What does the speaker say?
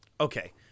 Okay